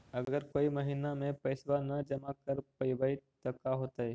अगर कोई महिना मे पैसबा न जमा कर पईबै त का होतै?